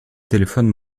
téléphones